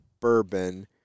bourbon